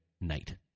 night